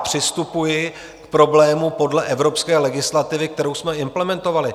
Přistupuji k problému podle evropské legislativy, kterou jsme implementovali.